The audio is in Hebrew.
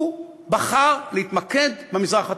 הוא בחר להתמקד במזרח התיכון,